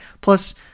plus